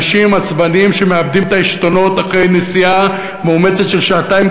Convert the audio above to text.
אנשים עצבניים שמאבדים את העשתונות אחרי נסיעה מאומצת של שעתיים,